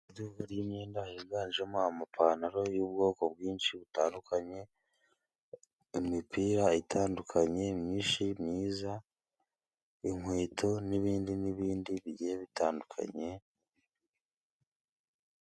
Iduka ry' imyenda higanjemo amapantalo y'ubwoko bwinshi butandukanye: imipira itandukanye myinshi myiza, inkweto, n'ibindi n'ibindi bigiye bitandukanye.